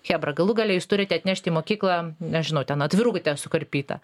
chebra galų gale jūs turite atnešt į mokyklą nežinau ten atviruką ten sukarpytą